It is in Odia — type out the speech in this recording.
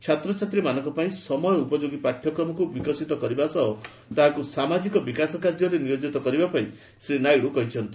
ଛାତ୍ରଛାତ୍ରୀମାନଙ୍କ ପାଇଁ ସମୟ ଉପଯୋଗୀ ପାଠ୍ୟକ୍ମକ୍ତ ବିକଶିତ କରିବା ସହ ତାହାକୁ ସାମାଜିକ ବିକାଶ କାର୍ଯ୍ୟରେ ନିୟୋଜିତ କରିବା ପାଇଁ ଶ୍ରୀ ନାଇଡୁ କହିଛନ୍ତି